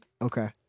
Okay